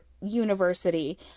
University